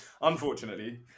Unfortunately